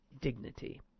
dignity